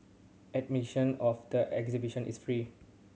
admission of the exhibition is free